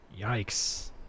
Yikes